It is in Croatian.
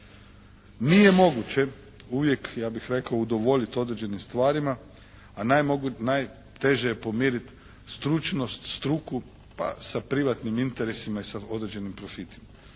Nije moguće uvijek ja bih rekao udovoljiti određenim stvarima, a najteže je pomiriti stručnost, struku pa sa privatnim interesima i sa određenim profitima.